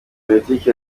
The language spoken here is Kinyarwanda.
politiki